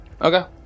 okay